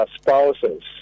spouses